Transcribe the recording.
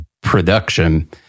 production